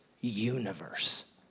universe